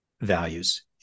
values